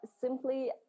simply